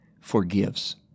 forgives